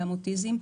גם אוטיזם.